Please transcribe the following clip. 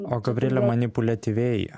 o gabriele manipuliatyviai